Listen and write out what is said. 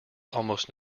almost